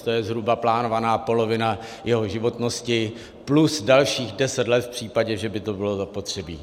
To je zhruba plánovaná polovina jeho životnosti plus dalších 10 let v případě, že by to bylo zapotřebí.